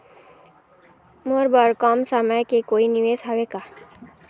मोर बर कम समय के कोई निवेश हावे का?